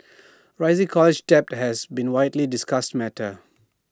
rising college debt has been A widely discussed matter